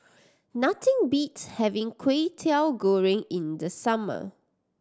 nothing beats having Kway Teow Goreng in the summer